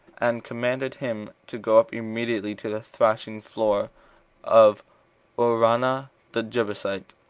and commanded him to go up immediately to the thrashing-floor of araunah the jebusite,